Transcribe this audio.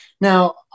Now